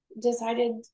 decided